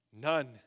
None